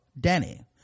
danny